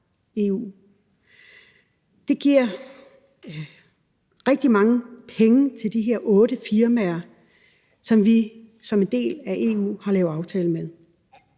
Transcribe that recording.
euro. Det giver rigtig mange penge til de her otte firmaer, som vi som en del af EU har lavet aftaler med.